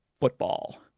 football